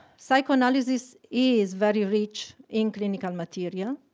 psychoanalysis is very rich in clinical material,